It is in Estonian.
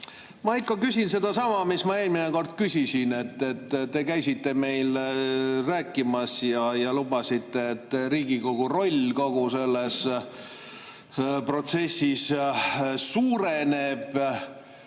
ikka sedasama, mida ma eelmine kord küsisin. Te käisite meile rääkimas ja lubasite, et Riigikogu roll kogu selles protsessis suureneb.